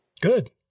Good